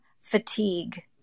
fatigue